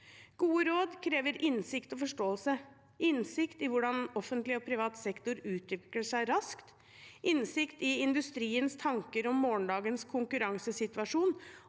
Gode råd krever innsikt og forståelse – innsikt i hvordan offentlig og privat sektor utvikler seg raskt, og innsikt i industriens tanker om morgendagens konkurransesituasjon